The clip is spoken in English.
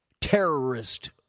terrorist